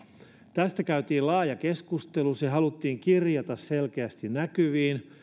tästä käytiin laaja keskustelu se haluttiin kirjata selkeästi näkyviin